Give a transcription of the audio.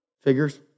Figures